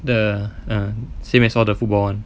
the err same as all the football [one]